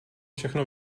všechno